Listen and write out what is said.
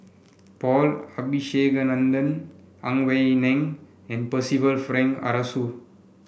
Paul Abisheganaden Ang Wei Neng and Percival Frank Aroozoo